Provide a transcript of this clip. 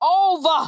Over